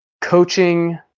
coaching